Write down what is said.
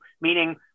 meaning